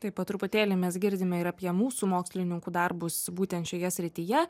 taip po truputėlį mes girdime ir apie mūsų mokslininkų darbus būtent šioje srityje